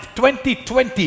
2020